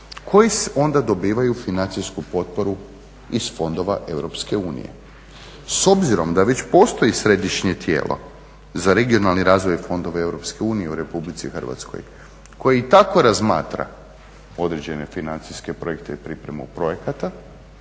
koji onda dobivaju financijsku potporu iz fondova EU. S obzirom da već postoji središnje tijelo za regionalni razvoj fondova EU u RH koji tako razmatra određene financijske projekte i pripremu projekata,